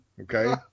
Okay